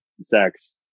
sex